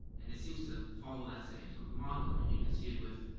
and it seems to follow that same sort of model. i mean you can see it with